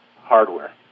hardware